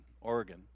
Oregon